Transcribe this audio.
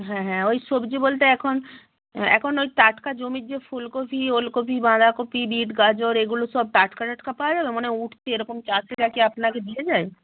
হ্যাঁ হ্যাঁ ওই সবজি বলতে এখন এখন ওই টাটকা জমির যে ফুলকপি ওলকপি বাঁধাকপি বিট গাজর এগুলো সব টাটকা টাটকা পাওয়া যাবে মানে উঠতি এরকম চাষীরা কি আপনাকে দিয়ে যায়